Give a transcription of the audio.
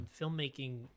filmmaking